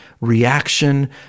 reaction